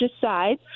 decide